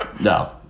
No